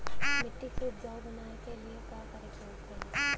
मिट्टी के उपजाऊ बनाने के लिए का करके होखेला?